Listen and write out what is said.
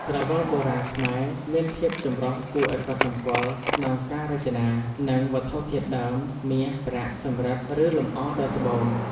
ក្រវិលបុរាណខ្មែរមានភាពចម្រុះគួរឱ្យកត់សម្គាល់ក្នុងការរចនា និងវត្ថុធាតុដើម (មាស ប្រាក់ សំរឹទ្ធិ ឬលម្អដោយត្បូង)។